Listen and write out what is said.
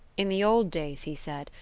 in the old days, he said,